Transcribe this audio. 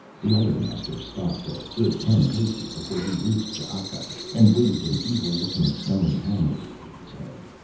the other master stopped a good ten paces before he reached ch'aka and waved an evil looking stone hammer over his head.